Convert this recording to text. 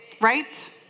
Right